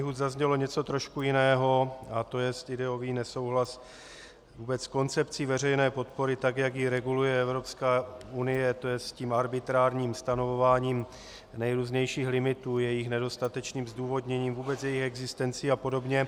Z mých úst zaznělo něco trošku jiného, a to jest ideový nesouhlas vůbec s koncepcí veřejné podpory, tak jak ji reguluje Evropská unie, to je s tím arbitrárním stanovováním nejrůznějších limitů, jejich nedostatečným zdůvodněním, vůbec jejich existencí apod.